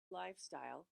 lifestyle